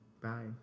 bye